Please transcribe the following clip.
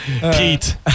Pete